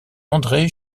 andré